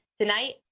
Tonight